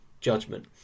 judgment